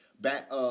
back